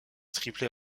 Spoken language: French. triplet